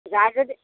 যায় যদি